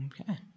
okay